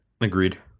Agreed